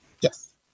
Yes